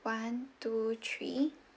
one two three